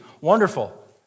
Wonderful